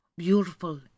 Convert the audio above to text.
beautiful